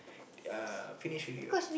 uh finish already [what]